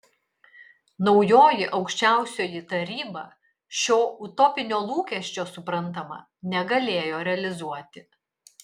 naujoji aukščiausioji taryba šio utopinio lūkesčio suprantama negalėjo realizuoti